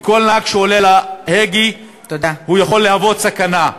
וכל נהג שעולה לכביש יכול להוות סכנה.